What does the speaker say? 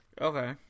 Okay